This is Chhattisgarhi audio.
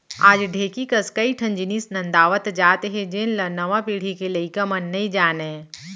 आज ढेंकी कस कई ठन जिनिस नंदावत जात हे जेन ल नवा पीढ़ी के लइका मन नइ जानयँ